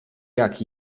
jak